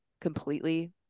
completely